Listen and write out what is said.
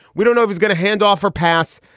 we don't know if he's going to handoff or pass.